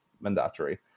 mandatory